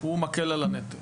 הוא מקל על הנטל.